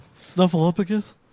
Snuffleupagus